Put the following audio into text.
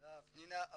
תודה פנינה,